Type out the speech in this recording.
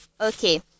Okay